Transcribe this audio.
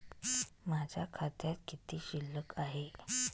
माझ्या खात्यात किती शिल्लक आहे?